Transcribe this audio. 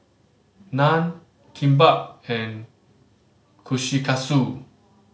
Naan Kimbap and Kushikatsu